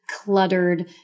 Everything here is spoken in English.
cluttered